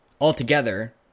altogether